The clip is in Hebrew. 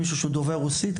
מישהו דובר רוסית,